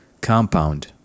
compound